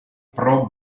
pro